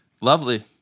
lovely